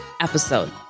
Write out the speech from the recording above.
episode